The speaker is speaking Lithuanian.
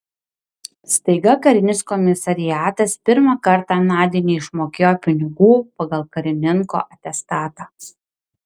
staiga karinis komisariatas pirmą kartą nadiai neišmokėjo pinigų pagal karininko atestatą